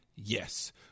Yes